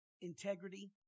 integrity